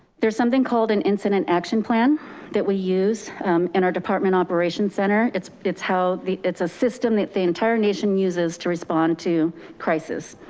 there's something called an incident action plan that we use in our department operation center. it's it's how the it's a system that the entire nation uses to respond to crisis.